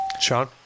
Sean